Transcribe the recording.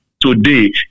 today